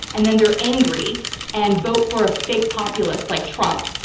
and then they're angry and vote for a fake populist like trump.